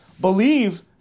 believe